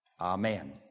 amen